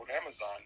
amazon